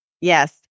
Yes